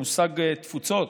המושג "התפוצות",